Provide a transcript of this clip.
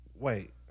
Wait